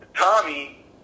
Tommy